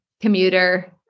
commuter